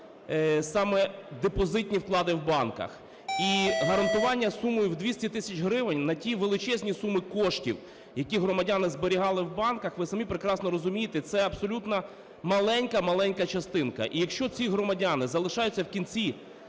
саме депозитні вклади в банках. І гарантування сумою в 200 тисяч гривень на ті величезні суми коштів, які громадяни зберігали в банках, ви самі прекрасно розумієте, це абсолютно маленька-маленька частинка. І якщо ці громадяни залишаються в кінці